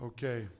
Okay